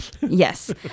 yes